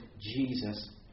Jesus